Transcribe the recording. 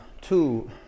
two